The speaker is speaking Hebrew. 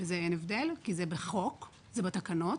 בזה אין הבדל כי זה בחוק, זה בתקנות.